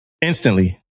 instantly